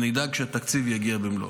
אדאג שהתקציב יגיע במלואו.